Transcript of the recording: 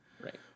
right